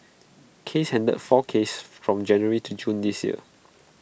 case handled four cases from January to June this year